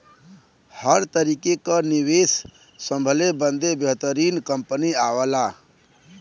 हर तरीके क निवेस संभले बदे बेहतरीन कंपनी आवला